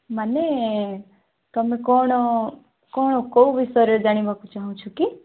ମାନେ ତୁମେ କ'ଣ କ'ଣ କେଉଁ ବିଷୟରେ ଜାଣିବାକୁ ଚାହୁଁଛ କି